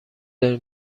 داریم